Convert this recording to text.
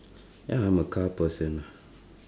ya I'm a car person ah